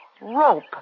Rope